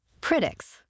Critics